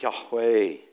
Yahweh